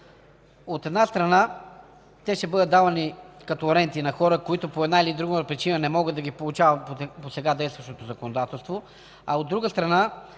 От една страна, ще бъдат давани като ренти на хора, които по една или друга причина не могат да ги получават по сега действащото законодателство, а, от друга страна,